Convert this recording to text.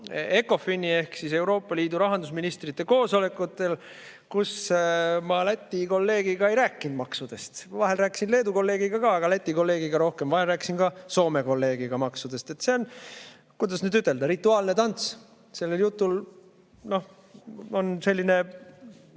ECOFIN-i ehk siis Euroopa Liidu rahandusministrite koosolekutel, kus ma Läti kolleegiga ei rääkinud maksudest. Vahel rääkisin Leedu kolleegiga ka, aga Läti kolleegiga rohkem. Vahel rääkisin ka Soome kolleegiga maksudest. See on, kuidas nüüd ütelda, rituaalne tants. Sellel jutul on see